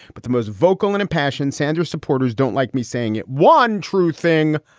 but the most vocal and impassioned sanders supporters don't like me saying one true thing.